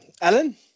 Alan